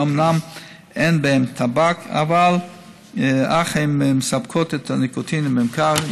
שאומנם אין בהן טבק אך הן מספקות את הניקוטין הממכר.